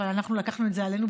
אבל אנחנו לקחנו את זה עלינו,